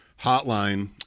hotline